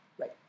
right